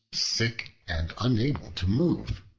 sick, and unable to move.